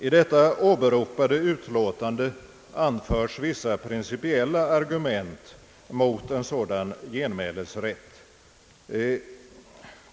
I det åberopade utlåtandet anfördes vissa principiella argument mot en genmälesrätt.